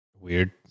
Weird